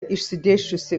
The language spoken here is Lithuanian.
išsidėsčiusi